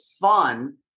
fun